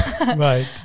Right